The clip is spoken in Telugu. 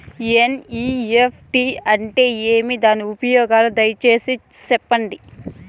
ఎన్.ఇ.ఎఫ్.టి అంటే ఏమి? దాని ఉపయోగాలు దయసేసి సెప్పండి?